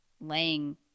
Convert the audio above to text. laying